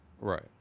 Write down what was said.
Right